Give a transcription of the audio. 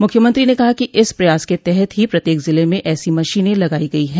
मुख्यमंत्री ने कहा कि इस प्रयास के तहत ही प्रत्येक जिले में ऐसी मशीने लगाई गई हैं